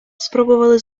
спробували